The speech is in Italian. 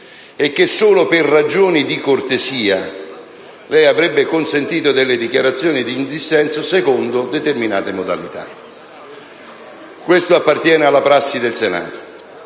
e che solo per ragioni di cortesia lei avrebbe consentito delle dichiarazioni di voto in dissenso secondo determinate modalità. Questo appartiene alla prassi del Senato.